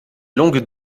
longue